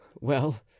Well